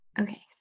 okay